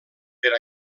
per